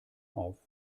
auf